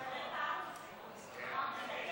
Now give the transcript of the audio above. חבר הכנסת פורר,